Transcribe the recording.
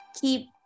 keep